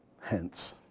Hence